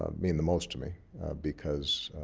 um mean the most to me because